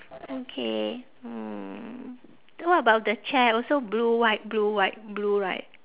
okay hmm what about the chair also blue white blue white blue right